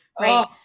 right